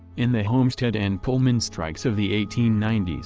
in the homestead and pullman strikes of the eighteen ninety s,